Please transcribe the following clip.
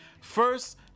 First